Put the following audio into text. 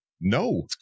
no